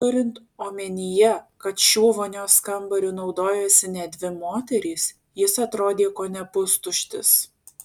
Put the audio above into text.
turint omenyje kad šiuo vonios kambariu naudojosi net dvi moterys jis atrodė kone pustuštis